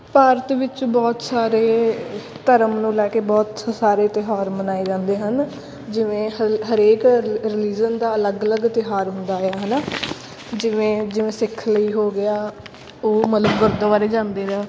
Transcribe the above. ਭਾਰਤ ਵਿੱਚ ਬਹੁਤ ਸਾਰੇ ਧਰਮ ਨੂੰ ਲੈ ਕੇ ਬਹੁਤ ਸਾਰੇ ਤਿਉਹਾਰ ਮਨਾਏ ਜਾਂਦੇ ਹਨ ਜਿਵੇਂ ਹਲ ਹਰੇਕ ਰ ਰਿਲੀਜਨ ਦਾ ਅਲੱਗ ਅਲੱਗ ਤਿਉਹਾਰ ਹੁੰਦਾ ਹੈ ਆ ਹੈ ਨਾ ਜਿਵੇਂ ਜਿਵੇਂ ਸਿੱਖ ਲਈ ਹੋ ਗਿਆ ਉਹ ਮਤਲਬ ਗੁਰਦੁਆਰੇ ਜਾਂਦੇ ਆ